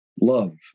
love